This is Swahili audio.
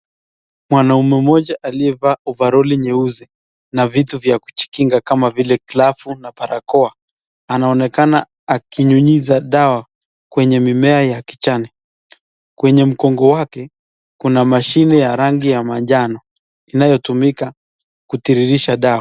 Mwanaume mmoja aliyevaa ovaroli nyeusi na vitu za kujikinga kama vile glavu na barakoa. Anaonekana akinyunyizia dawa kwenye mimea ya kijani. Kwenye mgongo wake kuna mashine ya rangi ya manjano inayotumika kutiririsha dawa.